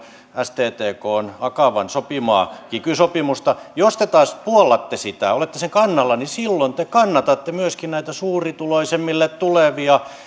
sttkn akavan sopimaa kiky sopimusta jos te taas puollatte sitä olette sen kannalla niin silloin te kannatatte myöskin näitä suurituloisemmille tulevia